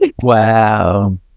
Wow